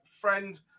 friend